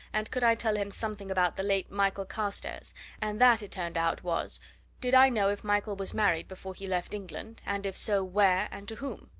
and could i tell him something about the late michael carstairs and that, it turned out, was did i know if michael was married before he left england, and if so, where, and to whom?